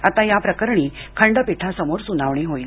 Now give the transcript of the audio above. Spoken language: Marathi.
आता या प्रकरणी खंडपीठासमोर सुनावणी होईल